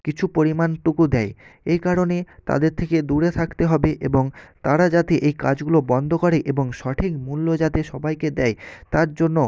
কিছু পরিমাণটুকু দেয় এই কারণে তাদের থেকে দূরে থাকতে হবে এবং তারা যাতে এই কাজগুলো বন্দ করে এবং সঠিক মূল্য যাতে সবাইকে দেয় তার জন্য